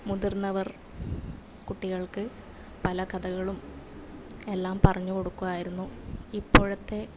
മുതിർന്നവർ കുട്ടികൾക്ക് പല കഥകളും എല്ലാം പറഞ്ഞു കൊടുക്കുവായിരുന്നു ഇപ്പോഴത്തെ